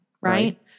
Right